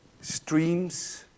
Streams